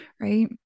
right